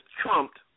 trumped